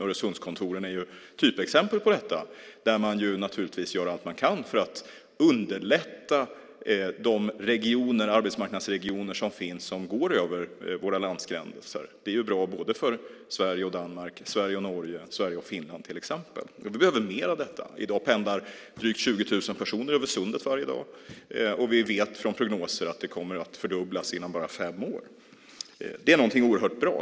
Öresundskontoren är typexempel på detta, där man naturligtvis gör allt man kan för att underlätta för de arbetsmarknadsregioner som går över våra landgränser. Det är bra för Sverige och Danmark, Sverige och Norge, Sverige och Finland, till exempel. Vi behöver mer av detta. I dag pendlar drygt 20 000 personer över sundet varje dag, och vi vet från prognoser att det kommer att fördubblas inom bara fem år. Det är någonting oerhört bra.